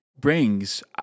brings